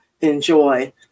enjoy